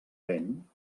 vent